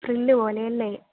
print പോലെയല്ലേ